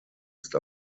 ist